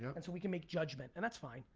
yeah and so we can make judgment and that's fine,